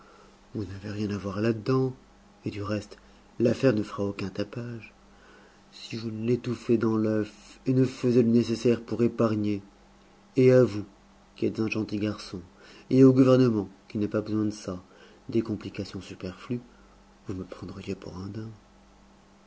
vous n'avez rien à voir là-dedans et du reste l'affaire ne fera aucun tapage si je ne l'étouffais dans l'œuf et ne faisais le nécessaire pour épargner et à vous qui êtes un gentil garçon et au gouvernement qui n'a pas besoin de ça des complications superflues vous me prendriez pour un daim